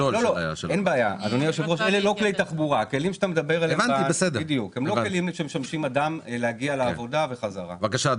אלה לא כלים שמשמשים אדם להגיע לעבודה וחזרה.